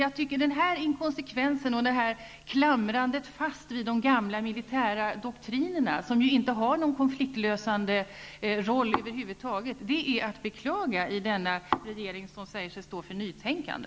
Jag tycker att denna inkonsekvens och detta fastklamrande vid de gamla militära doktrinerna, som över huvud taget inte har någon konfliktlösande roll, är att beklaga i denna regering, som säger sig stå för nytänkande.